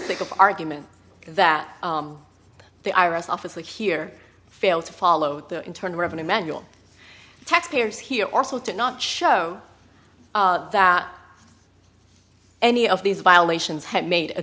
sake of argument that the i r s office that here failed to follow the internal revenue manual taxpayers here also did not show that any of these violations had made a